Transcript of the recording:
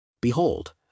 Behold